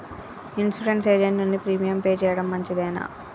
Insurance agent నుండి premium pay చేయడం మంచిదేనా?